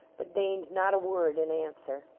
but deigned not a word in answer.